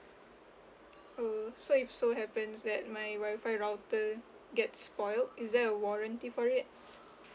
uh so if so happens that my Wi-Fi router get spoilt is there a warranty for it